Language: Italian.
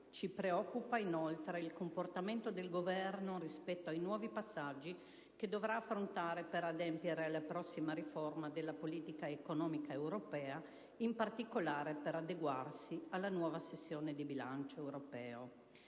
Ci preoccupa inoltre il comportamento del Governo anche rispetto ai nuovi passaggi che dovrà affrontare per adempiere alla prossima riforma della politica economica europea, in particolare per adeguarsi alla nuova sessione di bilancio europeo.